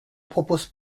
propose